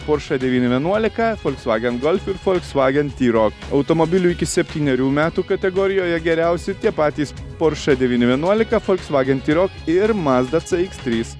porsche devyni vienuolika volkswagen golf ir volkswagen ty rok automobilių iki septynerių metų kategorijoje geriausiai tie patys porsche devyni vienuolika volkswagen ty rok ir mazda c x trys